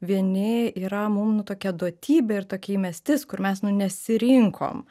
vieni yra mum nu tokia duotybė ir tokia įmestis kur mes nu nesirinkom